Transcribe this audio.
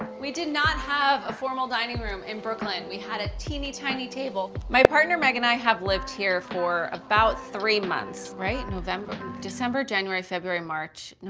we did not have a formal dining room in brooklyn, we had a teeny tiny table. my partner meg and i have lived here for about three months. right? november, december, january, february, march,